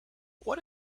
what